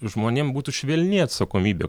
žmonėm būtų švelni atsakomybė